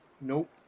nope